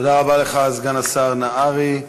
תודה רבה לך, סגן השר נהרי.